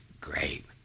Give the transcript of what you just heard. Great